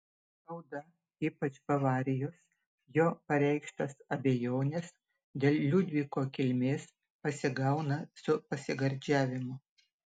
spauda ypač bavarijos jo pareikštas abejones dėl liudviko kilmės pasigauna su pasigardžiavimu